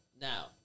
now